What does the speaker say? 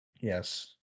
Yes